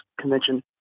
Convention